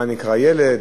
מה נקרא ילד,